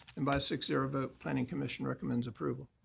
and by a six zero vote, planning commission recommends approval.